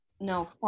No